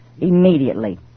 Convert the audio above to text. immediately